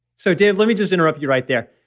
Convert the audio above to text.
so dave, let me just interrupt you right there.